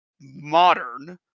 modern